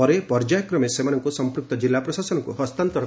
ପରେ ପର୍ଯ୍ୟାୟକ୍ରମେ ସେମାନଙ୍କୁ ସଂପୃକ୍ତ ଜିଲ୍ଲା ପ୍ରଶାସନକୁ ହସ୍ତାନ୍ତର କରାଯିବ